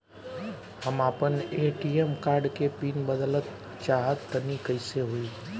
हम आपन ATM card के पीन बदलल चाहऽ तनि कइसे होई?